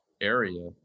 area